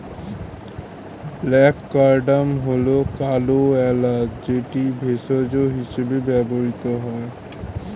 black cardamom হল কালো এলাচ যেটি ভেষজ হিসেবে ব্যবহৃত হয়